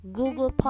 Google